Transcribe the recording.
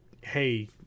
hey